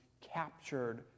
captured